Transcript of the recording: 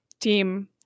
team